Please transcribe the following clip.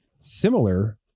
similar